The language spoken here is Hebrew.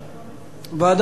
ועדת הפנים.